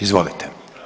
Izvolite.